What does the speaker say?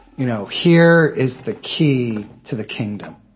you know here is the key to the kingdom,